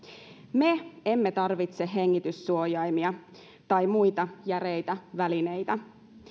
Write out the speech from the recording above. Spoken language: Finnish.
me emme tarvitse hengityssuojaimia tai muita järeitä välineitä